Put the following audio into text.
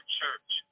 church